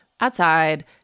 outside